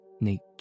nature